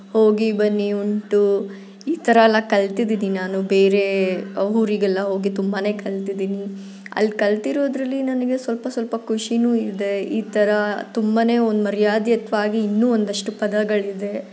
ಹೋಗಿ ಬನ್ನಿ ಉಂಟು ಈ ಥರ ಎಲ್ಲ ಕಲ್ತಿದ್ದೀನ್ ನಾನು ಬೇರೆ ಊರಿಗೆಲ್ಲ ಹೋಗಿ ತುಂಬಾ ಕಲ್ತಿದ್ದೀನಿ ಅಲ್ಲಿ ಕಲಿತಿರೋದ್ರಲ್ಲಿ ನನಗೆ ಸ್ವಲ್ಪ ಸ್ವಲ್ಪ ಖುಷಿನೂ ಇದೆ ಈ ಥರ ತುಂಬ ಒಂದು ಮರ್ಯಾದಿತ್ವಾಗಿ ಇನ್ನೂ ಒಂದಷ್ಟು ಪದಗಳಿದೆ